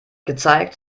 gezeigt